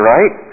Right